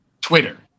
Twitter